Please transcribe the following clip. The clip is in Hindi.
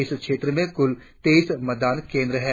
इस क्षेत्र में कूल तैईस मतदान केंद्र है